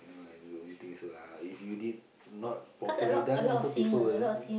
no I don't think so ah if you did not properly done also people will